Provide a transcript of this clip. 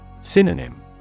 Synonym